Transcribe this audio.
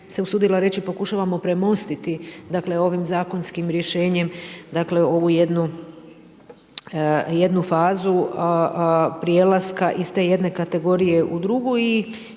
se usudila reći pokušavamo premostiti ovim zakonskim rješenjem ovu jednu fazu prelaska iz te jedne kategorije u drugu i